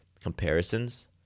comparisons